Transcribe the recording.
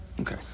Okay